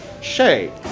Shay